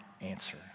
answer